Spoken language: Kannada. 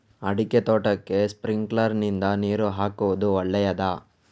ಅಡಿಕೆ ತೋಟಕ್ಕೆ ಸ್ಪ್ರಿಂಕ್ಲರ್ ನಿಂದ ನೀರು ಹಾಕುವುದು ಒಳ್ಳೆಯದ?